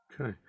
Okay